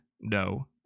No